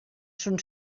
son